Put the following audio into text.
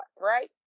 right